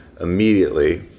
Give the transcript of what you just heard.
immediately